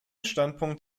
standpunkt